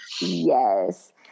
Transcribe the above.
Yes